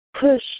push